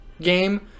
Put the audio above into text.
game